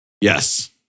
Yes